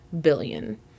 billion